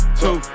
two